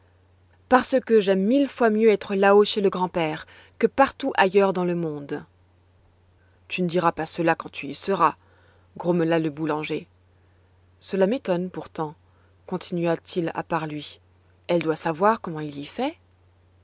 parce que j'aime mille fois mieux être là-haut chez le grand-père que partout ailleurs dans le monde tu ne diras pas cela quand tu y seras grommela le boulanger cela m'étonne pourtant continua-t-il à part lui elle doit savoir comment il y fait